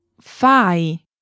fai